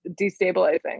destabilizing